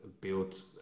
built